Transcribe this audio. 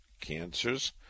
cancers